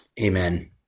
Amen